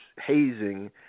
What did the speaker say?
hazing